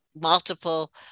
multiple